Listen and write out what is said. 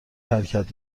حرکت